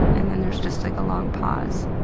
and then there's just like a long pause